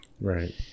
Right